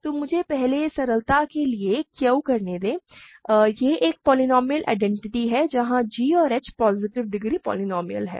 तो मुझे पहले सरलता के लिए Q करने दें यह एक पोलीनोमिअल आइडेंटिटी है जहाँ g और h पॉजिटिव डिग्री पोलीनोमिअल हैं